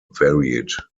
varied